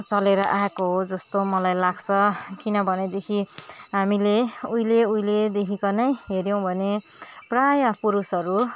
चलेर आएको हो जस्तो मलाई लाग्छ किनभनेदेखि हामीले उहिले उहिलेदेखिको नै हेऱ्यौँ भने प्रायः पुरुषहरू